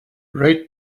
rate